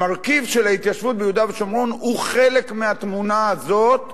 המרכיב של ההתיישבות ביהודה ושומרון הוא חלק מהתמונה הזאת,